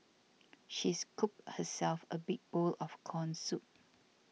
she scooped herself a big bowl of Corn Soup